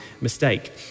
mistake